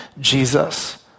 Jesus